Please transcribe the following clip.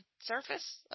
surface